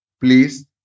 Please